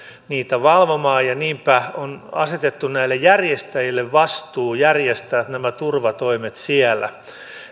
niitä valvomaan ja on asetettu näille järjestäjille vastuu järjestää nämä turvatoimet siellä